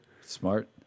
smart